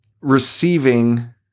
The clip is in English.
receiving